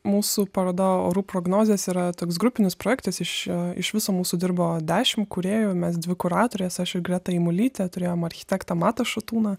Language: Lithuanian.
mūsų paroda orų prognozės yra toks grupinis projektas iš e iš viso mūsų dirbo dešimt kūrėjų mes dvi kuratorės aš ir greta jamulytė turėjom architektą matą šatūną